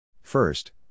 First